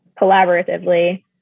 collaboratively